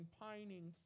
pining